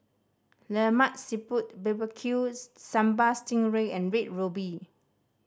Lemak Siput B B Q sambal sting ray and Red Ruby